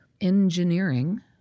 engineering